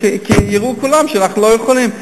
כי יראו כולם שאנחנו לא יכולים.